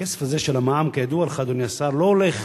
הכסף הזה של המע"מ, כידוע לך, אדוני השר, לא הולך